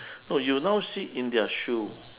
no you now sit in their shoes